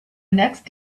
next